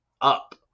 up